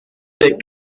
les